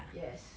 yes